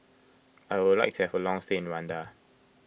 I would like to have a long stay in Rwanda